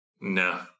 No